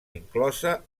inclosa